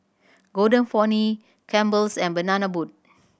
Golden Peony Campbell's and Banana Boat